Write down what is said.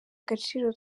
agaciro